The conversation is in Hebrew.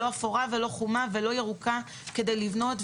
לא אפורה ולא חומה ולא ירוקה כדי לבנות.